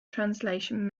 translation